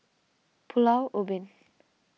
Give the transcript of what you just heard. Pulau Ubin